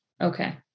Okay